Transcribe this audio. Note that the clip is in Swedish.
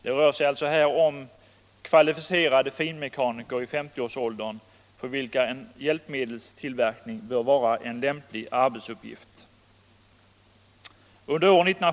Det rör sig här om kvalificerade finmekaniker i 50-årsåldern, för vilka en hjälpmedelstillverkning bör vara en lämplig arbetsuppgift.